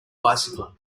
bicycle